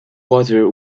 water